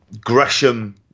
Gresham